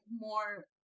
more